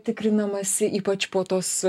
tikrinamasi ypač po tos